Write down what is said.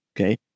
okay